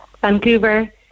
Vancouver